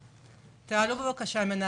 האזרחי.